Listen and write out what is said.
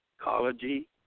ecology